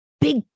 Big